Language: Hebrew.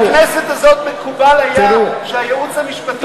בכנסת הזאת מקובל היה שהייעוץ המשפטי,